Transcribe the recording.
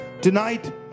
tonight